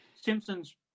Simpsons